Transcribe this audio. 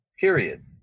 period